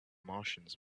martians